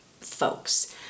folks